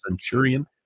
Centurion